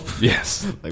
Yes